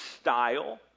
style